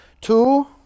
Two